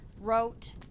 wrote